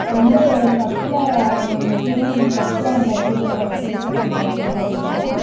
அதுவந்து சர்ச்ல முக்கியமாக எனக்கு சர்ச்ல அந்த கீபோர்டு வாசிக்கிறது எனக்கு ரொம்ப ரொம்ப பிடிக்கும்